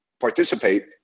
participate